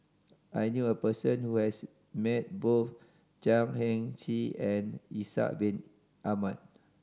I knew a person who has met both Chan Heng Chee and Ishak Bin Ahmad